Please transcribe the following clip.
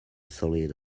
solid